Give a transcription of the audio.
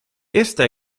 esta